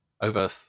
over